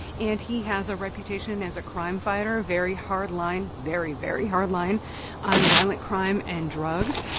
and he has a reputation as a crime fighter very hard-line very, very hard-line on violent crime and drugs.